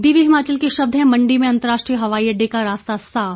दिव्य हिमाचल के शब्द हैं मंडी में अंतरराष्ट्रीय हवाई अडडे का रास्ता साफ